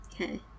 Okay